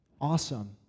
Awesome